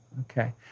Okay